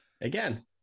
Again